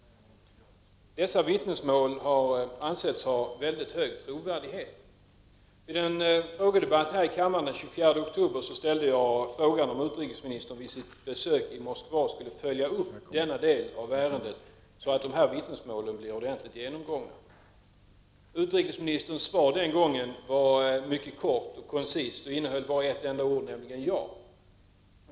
Dessa vittnesmål har ansetts äga en mycket hög trovärdighet. Vid en frågedebatt här i kammaren den 24 oktober ställde jag frågan om utrikesministern vid sitt besök i Moskva skulle följa upp denna del av ärendet så att vittnesmålen blir ordentligt genomgångna. Utrikesministerns svar den gången var mycket kort och koncist och innehöll bara ett enda ord, nämligen ja.